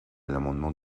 l’amendement